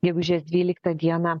gegužės dvyliktą dieną